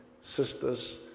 sisters